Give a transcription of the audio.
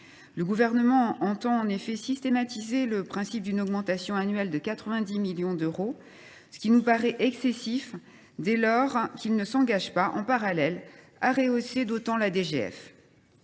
Le Gouvernement entend effectivement systématiser le principe d’une augmentation annuelle de 90 millions d’euros, ce qui nous paraît excessif dès lors qu’il ne s’engage pas, en parallèle, à rehausser d’autant la DGF.